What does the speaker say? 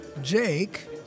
Jake